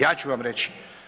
Ja ću vam reći.